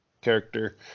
character